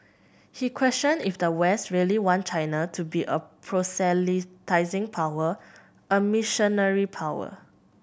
he questioned if the West really want China to be a proselytising power a missionary power